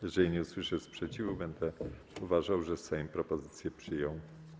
Jeżeli nie usłyszę sprzeciwu, będę uważał, że Sejm propozycję przyjął.